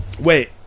wait